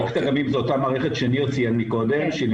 מערכת "אגמים" היא אותה מערכת שניר ציין קודם שהיא